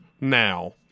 now